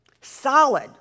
solid